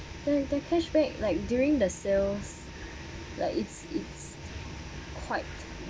the the cashback like during the sales like it's it's quite